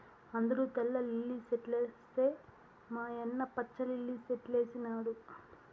అందరూ తెల్ల లిల్లీ సెట్లేస్తే మా యన్న పచ్చ లిల్లి సెట్లేసినాడు